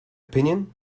opinion